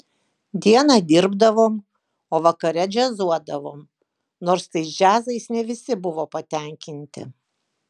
dieną dirbdavom o vakare džiazuodavom nors tais džiazais ne visi buvo patenkinti